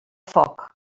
foc